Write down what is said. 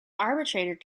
arbitrator